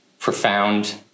profound